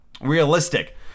realistic